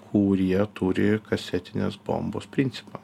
kurie turi kasetinės bombos principą